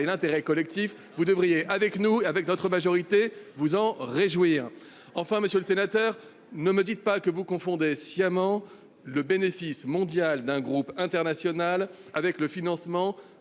l'intérêt général, vous devriez avec notre majorité vous en réjouir ! Enfin, monsieur le sénateur, ne me dites pas que vous confondez sciemment le bénéfice mondial d'un groupe international avec le financement